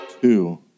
two